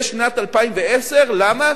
בשנת 2010, למה?